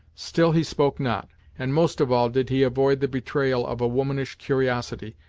still he spoke not, and most of all did he avoid the betrayal of a womanish curiosity,